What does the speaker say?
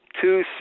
two